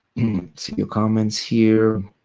see your comments here.